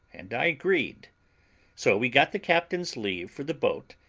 and i agreed so we got the captain's leave for the boat,